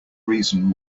reason